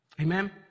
Amen